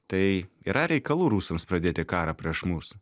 tai yra reikalų rusams pradėti karą prieš mus